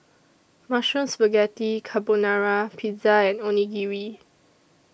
Mushroom Spaghetti Carbonara Pizza and Onigiri